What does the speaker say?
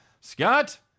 Scott